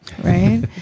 right